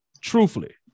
truthfully